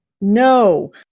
No